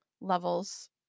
levels